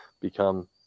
become